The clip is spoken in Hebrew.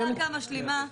הקרקע המשלימה,